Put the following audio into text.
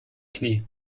knie